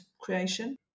creation